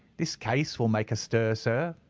this case will make a stir, sir,